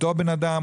אותו בן אדם,